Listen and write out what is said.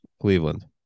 Cleveland